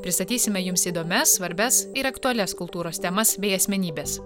pristatysime jums įdomias svarbias ir aktualias kultūros temas bei asmenybes